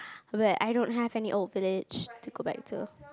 where I don't have any old village to go back to